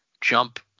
jump